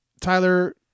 Tyler